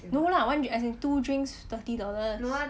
no lah one drink as in two drinks thirty dollar